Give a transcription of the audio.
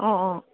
অঁ অঁ